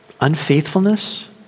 Unfaithfulness